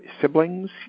siblings